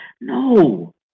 No